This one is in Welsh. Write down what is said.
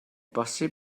bosib